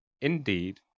indeed